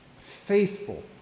faithful